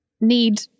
need